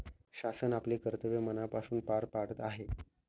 शासन आपले कर्तव्य मनापासून पार पाडत आहे